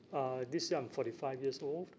uh this year I'm forty five years old